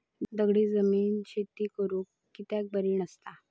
दगडी जमीन शेती करुक कित्याक बरी नसता?